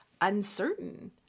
uncertain